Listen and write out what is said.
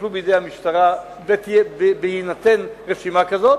שיטופלו בידי המשטרה בהינתן רשימה כזאת,